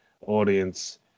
audience